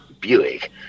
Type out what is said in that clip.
buick